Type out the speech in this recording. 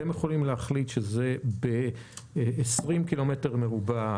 ואתם יכולים להחליט שזה ב-20 קילומטר מרובע,